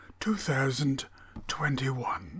2021